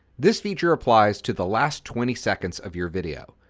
this feature applies to the last twenty seconds of your video.